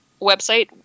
website